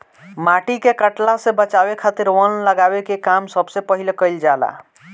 माटी के कटला से बचावे खातिर वन लगावे के काम सबसे पहिले कईल जाला